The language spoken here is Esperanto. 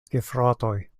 gefratoj